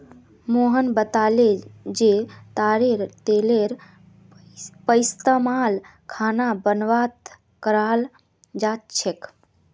मोहन बताले जे तारेर तेलेर पइस्तमाल खाना बनव्वात कराल जा छेक